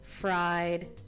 Fried